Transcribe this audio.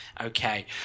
Okay